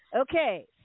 Okay